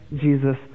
Jesus